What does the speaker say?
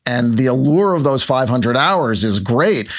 and the allure of those five hundred hours is great.